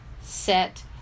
set